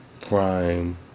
Prime